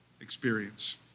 experience